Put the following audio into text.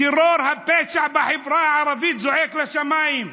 טרור הפשע בחברה הערבית, זועק לשמיים.